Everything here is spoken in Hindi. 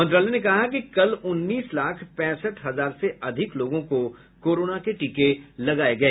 मंत्रालय ने कहा कि कल उन्नीस लाख पैंसठ हजार से अधिक लोगों को कोरोना के टीके लगाए गए